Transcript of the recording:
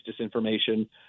disinformation